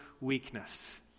weakness